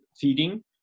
feeding